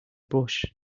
bush